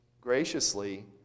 graciously